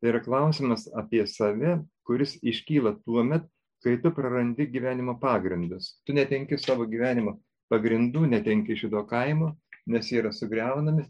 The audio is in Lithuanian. ir klausimas apie save kuris iškyla tuomet kai tu prarandi gyvenimo pagrindus tu netenki savo gyvenimo pagrindų netenki šito kaimo nes jie yra sugriaunami